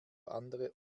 andere